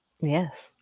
Yes